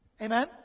Amen